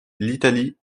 l’italie